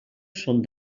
són